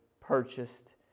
purchased